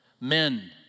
Men